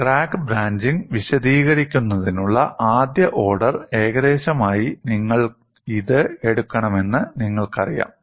crack branching വിശദീകരിക്കുന്നതിനുള്ള ആദ്യ order ഏകദേശമായി നിങ്ങൾ ഇത് എടുക്കണമെന്ന് നിങ്ങൾക്കറിയാം